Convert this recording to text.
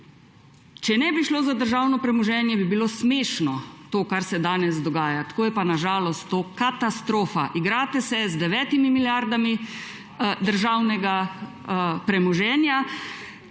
Če ne bi šlo za državno premoženje, bi bilo to, kar se danes dogaja, smešno, tako je pa to na žalost katastrofa. Igrate se z 9 milijardami državnega premoženja.